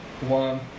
One